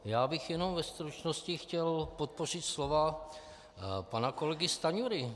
Já bych jenom ve stručnosti chtěl podpořit slova pana kolegy Stanjury.